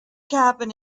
cabin